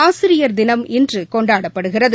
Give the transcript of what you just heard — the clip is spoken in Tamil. ஆசிரியர் தினம் இன்று கொண்டாடப்படுகிறது